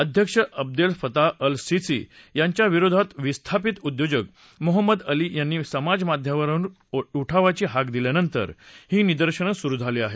अध्यक्ष Abdel Fattah al Sisi यांच्या विरोधात विस्थापित उद्योजक मोहम्मद अली यांनी समाजमाध्यमावरुन उठावाची हाक दिल्यानंतर ही निदर्शनं सुरु झाली आहेत